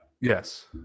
Yes